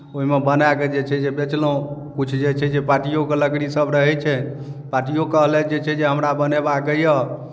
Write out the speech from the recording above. ओहिमे बनाए कऽ जे छै जे बेचलहुँ किछु जे छै जे पार्टिओके लकड़ीसभ रहै छै पार्टिओ कहलथि जे छै जे हमरा बनयबाक यए